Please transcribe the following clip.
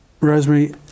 Rosemary